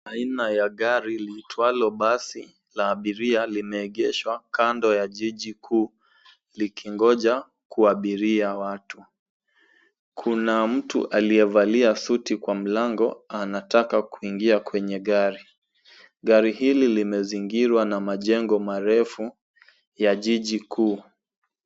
Aina ya gari liitwalo basi la abiria, limeegeshwa kando ya jiji kuu likingoja kuabiria watu. Kuna mtu aliyevalia suti kwa mlango, anataka kuingia kwenye gari. Gari hili limezingirwa na majengo marefu ya jiji kuu.